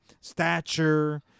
Stature